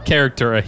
character